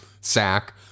sack